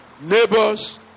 neighbors